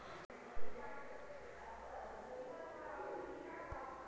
प्रचालानेर हिसाब से चायर कुछु ज़रूरी भेद बत्लाल जाहा